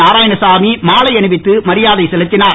நாரயாணசாமி மாலை அணிவித்து மரியாதை செலுத்தினார்